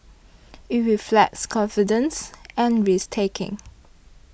it reflects confidence and risk taking